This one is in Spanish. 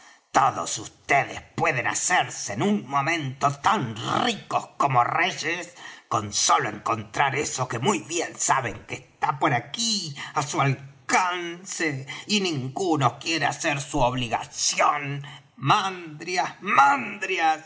todos vds pueden hacerse en un momento tan ricos como reyes con solo encontrar eso que muy bien saben que está por aquí á su alcance y ninguno quiere hacer su obligación mandrias mandrias